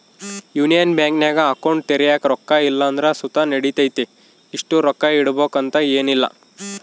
union ಬ್ಯಾಂಕಿನಾಗ account ತೆರ್ಯಾಕ ರೊಕ್ಕ ಇಲ್ಲಂದ್ರ ಸುತ ನಡಿತತೆ, ಇಷ್ಟು ರೊಕ್ಕ ಇಡುಬಕಂತ ಏನಿಲ್ಲ